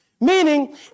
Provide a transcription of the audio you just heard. Meaning